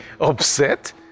upset